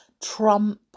Trump